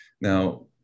now